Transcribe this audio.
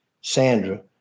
sandra